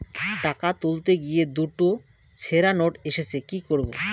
টাকা তুলতে গিয়ে দুটো ছেড়া নোট এসেছে কি করবো?